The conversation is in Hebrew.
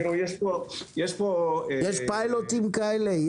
יש פיילוטים כאלה?